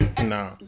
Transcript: Nah